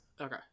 okay